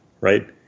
right